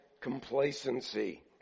complacency